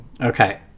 Okay